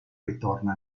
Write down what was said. ritorna